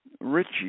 Richie